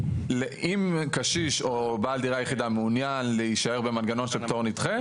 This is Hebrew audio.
לאם קשיש או בעל דירה יחידה מעוניין להישאר במנגנון של פטור נדחה,